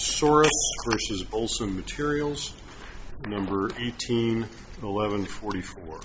sora olsen materials number eighteen eleven forty four